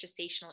gestational